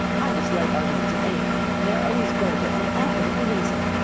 i dislike arguments of any kind. they are always vulgar, and often convincing.